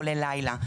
כולל בלילה.